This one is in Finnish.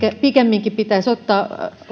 pikemminkin pitäisi ottaa